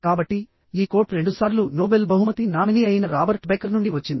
కాబట్టి ఈ కోట్ రెండుసార్లు నోబెల్ బహుమతి నామినీ అయిన రాబర్ట్ బెకర్ నుండి వచ్చింది